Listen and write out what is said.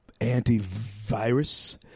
antivirus